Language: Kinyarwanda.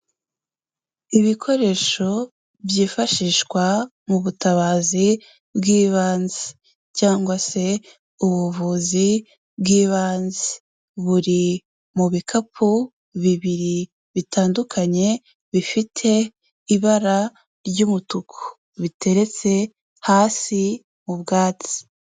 Ibikoresho byifashishwa mu butabazi bw'ibanze cyangwa se ubuvuzi bw'ibanze, buri mu bikapu bibiri bitandukanye bifite ibara ry'umutuku, biteretse hasi mu bwatsi.